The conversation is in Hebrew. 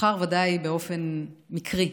נבחר ודאי באופן מקרי,